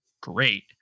great